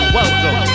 Welcome